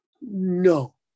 No